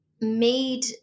made